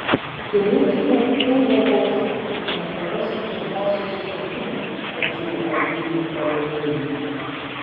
turėkite tai galvoje ir nepraraskite dvasios tvirtumo patyrę eilinį pralaimėjimą